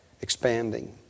expanding